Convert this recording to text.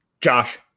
josh